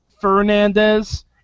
Fernandez